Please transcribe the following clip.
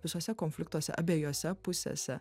visuose konfliktuose abejose pusėse